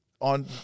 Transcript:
on